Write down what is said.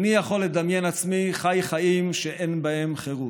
איני יכול לדמיין עצמי חי חיים שאין בהם חירות.